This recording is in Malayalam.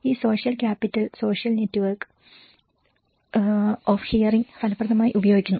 ഈ social capital social network of hearing ഫലപ്രദമായി ഉപയോഗിക്കുന്നു